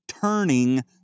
turning